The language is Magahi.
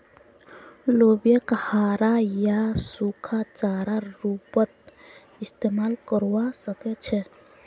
लोबियाक हरा या सूखा चारार रूपत इस्तमाल करवा सके छे